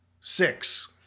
Six